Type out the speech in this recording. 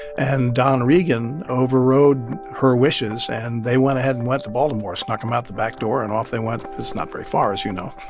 and don regan overrode her wishes, and they went ahead and went to baltimore. snuck him out the back door, and off they went. it's not very far, as you know.